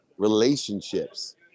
Relationships